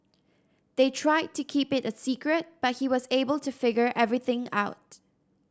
they tried to keep it a secret but he was able to figure everything out